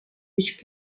which